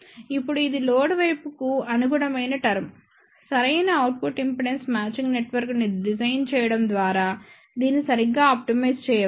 ఇప్పుడు ఇది లోడ్ వైపుకు అనుగుణమైన టర్మ్ సరైన అవుట్పుట్ ఇంపిడెన్స్ మ్యాచింగ్ నెట్వర్క్ను డిజైన్ చేయడం ద్వారా దీన్ని సరిగ్గా ఆప్టిమైజ్ చేయవచ్చు